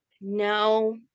No